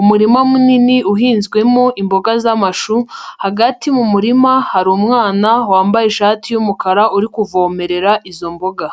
Umurima munini uhinzwemo imboga z'amashu, hagati mu murima hari umwana wambaye ishati y'umukara uri kuvomerera izo mboga.